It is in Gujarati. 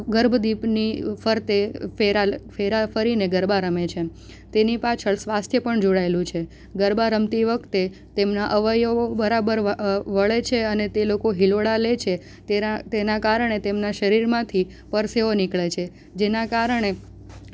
ગર્ભદીપની ફરતે ફેરા ફેરા ફરીને ગરબા રમે છે તેની પાછળ સ્વાસ્થ્ય પણ જોડાયેલું છે ગરબા રમતી વખતે તેમના અવયવો બરાબર વળે છે અને તે લોકો હિલોળા લે છે તેના કારણે તેમનાં શરીરમાથી પરસેવો નીકળે છે જેનાં કારણે